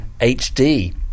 HD